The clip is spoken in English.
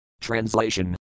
Translation